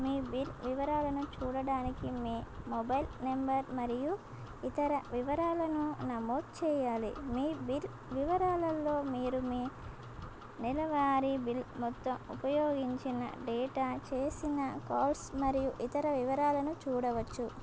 మీ bill వివరాలను చూడడానికి మీ మొబైల్ నెంబర్ మరియు ఇతర వివరాలను నమోదు చెయ్యాలి మీ బిల్ వివరాలలో మీరు మీ నెలవారీ బిల్ మొత్తం ఉపయోగించిన డేటా చేసిన కాల్స్ మరియు ఇతర వివరాలను చూడవచ్చు